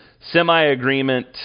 semi-agreement